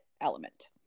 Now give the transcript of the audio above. element